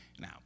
Now